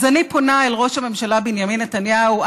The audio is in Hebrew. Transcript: אז אני פונה אל ראש הממשלה בנימין נתניהו.